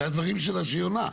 אלה הדברים שלה שהיא עונה.